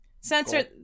Censor